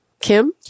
Kim